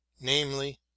namely